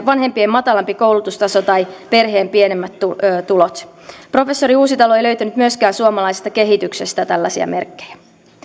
vanhempien matalampi koulutustaso tai perheen pienemmät tulot professori uusitalo ei löytänyt myöskään suomalaisesta kehityksestä tällaisia merkkejä